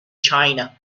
china